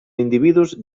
individus